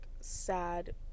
sad